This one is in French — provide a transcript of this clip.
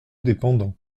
dépendant